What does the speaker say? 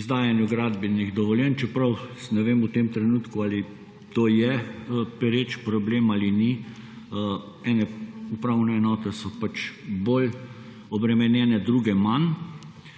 izdajanju gradbenih dovoljenj, čeprav ne vem v tem trenutku, ali to je pereč problem ali ni – ene upravne enote so pač bolj obremenjene, druge manj